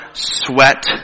sweat